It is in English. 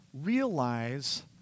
Realize